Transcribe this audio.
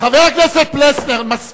חבר הכנסת פלסנר, מספיק.